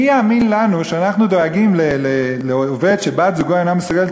מי יאמין לנו שאנחנו דואגים לעובד שבת-זוגו אינה מסוגלת